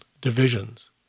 divisions